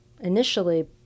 initially